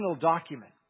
document